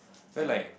feel like